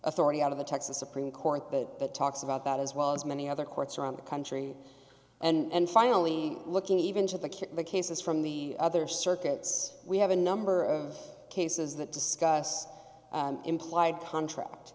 authority out of the texas supreme court that talks about that as well as many other courts around the country and finally looking even to the kick the cases from the other circuits we have a number of cases that discuss implied contract